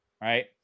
right